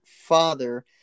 father